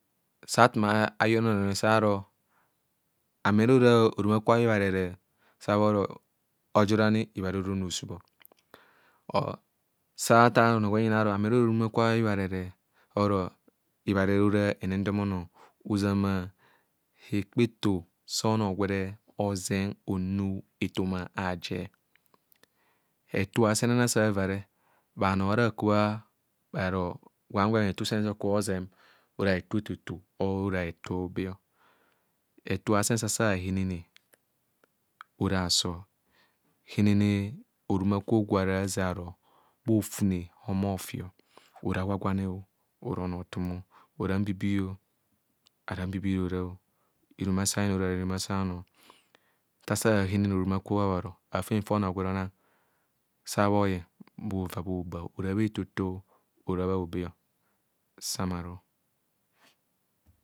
Sa akoma ayono enonoi sa aro amere ora oruma kwa hibharere, sa bhoro oja orani hibharere ora onosubhọ, or sa athaa onogwenje bho aro amere ora orumakwe a hibharere oro hibharere ora. henendeme onoo. Oʒame hekpa eto sa onogwene oʒeng onu ethoma uaje. Hetu azenana sa aava, bhano ara bhakure bharo gwara gwe hetu sem so okubho ozeng ora hetu etoto or ora hetu nobe. Hetu aasen sa asa a henene ora aso. Henene orumakwo gwe ara aʒena aro bha ofune homo ofi. Ora gagwane o, ora onoothumo. Ora mbibio, ora mhihi hora, hirumaso onoo ora hiruma sa onoo nta sa ahenene orama kwi abhoro aafen fa ono gwere onanv sabhoven bhava bhoba or a bha etoto ora bhaobe o. Samaaru ọ.